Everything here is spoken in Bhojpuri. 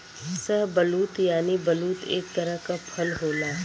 शाहबलूत यानि बलूत एक तरह क फल होला